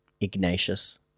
Ignatius